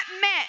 met